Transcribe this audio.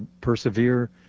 persevere